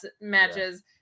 matches